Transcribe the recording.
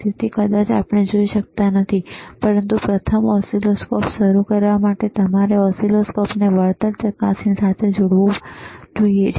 તેથી કદાચ આપણે જોઈ શકતા નથી પરંતુ પ્રથમ ઓસિલોસ્કોપ શરૂ કરવા માટે તમારે ઓસિલોસ્કોપને વળતર ચકાસણી સાથે જોડવું જોઈએ